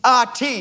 RT